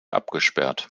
abgesperrt